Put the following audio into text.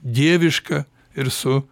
dieviška ir su